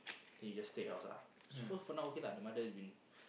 then you just stay at your house ah so for now okay lah the mother has been